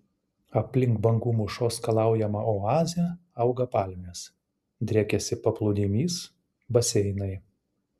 aplink bangų mūšos skalaujamą oazę auga palmės driekiasi paplūdimys baseinai